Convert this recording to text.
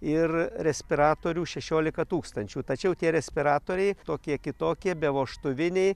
ir respiratorių šešiolika tūkstančių tačiau tie respiratoriai tokie kitokie be vožtuviniai